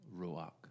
ruach